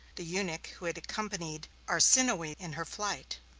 the eunuch who had accompanied arsinoe in her flight.